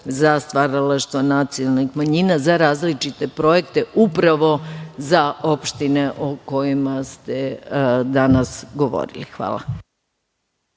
za stvaralaštva nacionalnih manjina za različite projekte upravo za opštine o kojima ste danas govorili. Hvala.